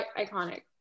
iconic